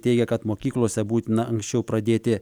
teigia kad mokyklose būtina anksčiau pradėti